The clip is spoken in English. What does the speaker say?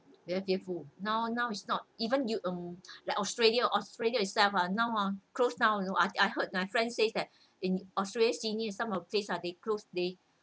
very scared full now now is not even you um like australia australia itself ah now uh close down you know I I heard my friend says that in australia sydney some of place ah they close